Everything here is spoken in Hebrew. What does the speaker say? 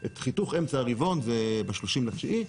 את חיתוך אמצע הרבעון ב-30 לספטמבר,